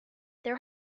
there